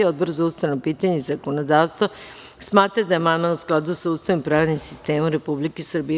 Odbor za ustavna pitanja i zakonodavstvo smatra da je amandman u skladu sa Ustavom i pravnim sistemom Republike Srbije.